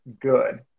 good